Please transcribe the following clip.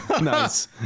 Nice